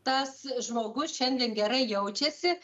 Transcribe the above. tas žmogus šiandien gerai jaučiasi